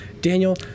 Daniel